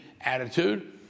attitude